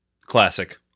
classic